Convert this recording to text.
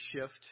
shift